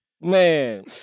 Man